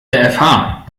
der